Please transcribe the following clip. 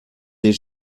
des